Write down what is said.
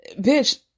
bitch